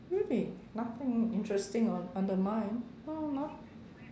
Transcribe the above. really nothing interesting under mine uh no